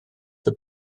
the